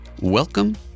Welcome